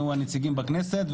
מי יהיו הנציגים בכנסת,